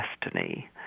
destiny